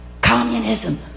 communism